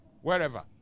wherever